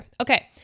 Okay